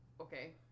Okay